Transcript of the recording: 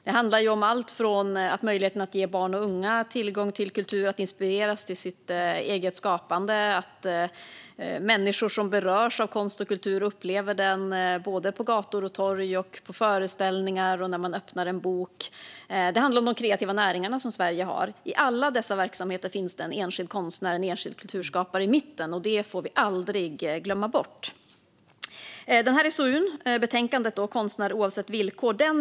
Det handlar om möjligheten att ge barn och unga tillgång till kultur och inspireras till eget skapande och om att människor som berörs av konst och kultur upplever den på gator och torg, på föreställningar och när de öppnar en bok. Det handlar om de kreativa näringarna som Sverige har. I alla dessa verksamheter finns det en enskild konstnär, en enskild kulturskapare, i mitten. Det får vi aldrig glömma bort. Denna SOU - Konstnär - oavsett villkor?